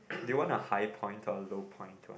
do you want a high point or low point one